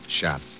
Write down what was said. shot